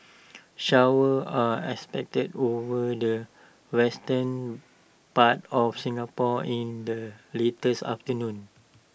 showers are expected over the western part of Singapore in the latest afternoon